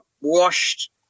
washed